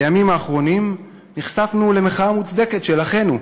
בימים האחרונים נחשפנו למחאה מוצדקת של אחינו,